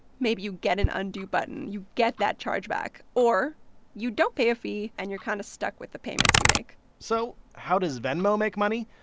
maybe you get an undo button. you get that chargeback, or you don't pay a fee, and you're kind of stuck with the payments you make so how does venmo make money?